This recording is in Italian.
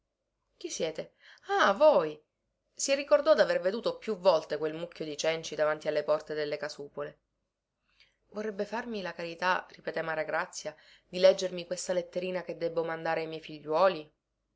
chi siete ah voi si ricordò daver veduto più volte quel mucchio di cenci davanti alle porte delle casupole vorrebbe farmi la carità ripeté maragrazia di leggermi questa letterina che debbo mandare ai miei figliuoli